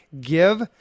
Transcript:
give